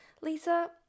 lisa